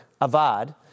avad